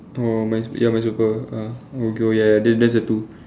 oh mine is ya mine's purple ah okay oh ya ya then that's the two